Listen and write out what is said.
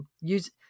use